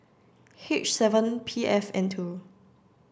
H seven P F N two